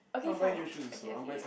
okay fine okay okay